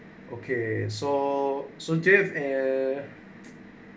okay so so give a